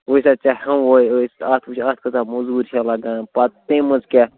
وُچھ سا ژےٚ ہٮ۪مہوے أسۍ اَتھ وُچھ اَتھ کۭژاہ موٚزوٗری چھِ لَگان پَتہٕ تَمہِ منٛزٕ کیٛاہ